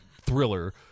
thriller